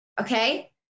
okay